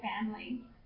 family